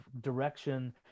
direction